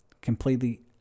completely